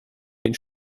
den